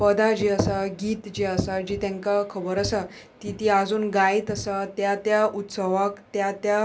पदां जी आसा गीत जी आसा जी तेंकां खबर आसा ती ती आजून गायत आसा त्या त्या उत्सवाक त्या त्या